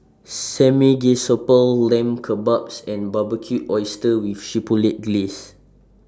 Samgeyopsal Lamb Kebabs and Barbecued Oysters with Chipotle Glaze